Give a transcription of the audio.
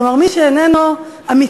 כלומר מי שאינו אמיתי.